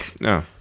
No